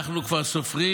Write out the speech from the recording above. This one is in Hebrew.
אנחנו כבר סופרים